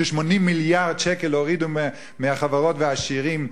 ש-80 מיליארד שקל הורידו מהחברות והעשירים,